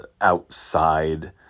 outside